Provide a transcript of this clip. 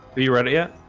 are you ready yet?